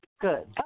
Good